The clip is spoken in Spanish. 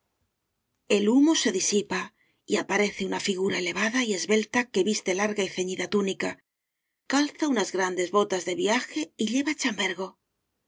m o se disipa y aparece u n a figura elevada y esbelta que viste larga y ceñida túnica calza unas grandes botas de viaje y lleva c